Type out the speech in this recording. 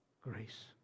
grace